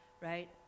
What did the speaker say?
right